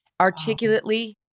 articulately